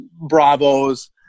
bravos